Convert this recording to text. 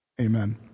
Amen